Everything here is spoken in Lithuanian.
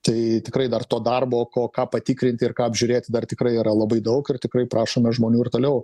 tai tikrai dar to darbo ko ką patikrinti ir ką apžiūrėti dar tikrai yra labai daug ir tikrai prašom ir žmonių ir toliau